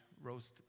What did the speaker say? roast